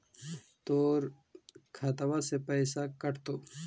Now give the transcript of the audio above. तोर खतबा से पैसा कटतो?